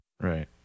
Right